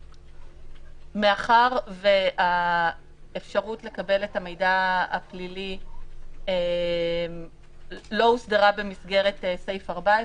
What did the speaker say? מאחר שהאפשרות לקבל את המידע הפלילי לא הוסדרה במסגרת סעיף 14,